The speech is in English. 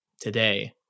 today